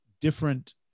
different